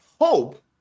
hope